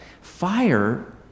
Fire